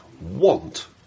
want